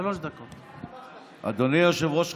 אדוני היושב-ראש,